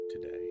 today